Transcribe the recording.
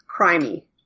crimey